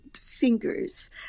fingers